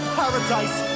paradise